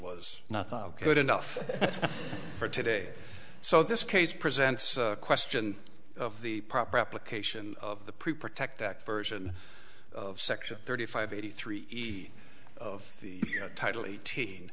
was nothing good enough for today so this case presents a question of the proper application of the pretext that version of section thirty five eighty three of the title eighteen